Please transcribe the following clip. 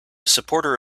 supporter